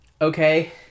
okay